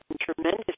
tremendous